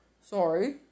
Sorry